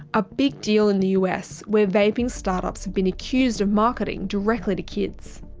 a big deal in the us, where vaping startups have been accused of marketing directly to kids.